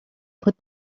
put